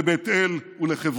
לבית אל ולחברון.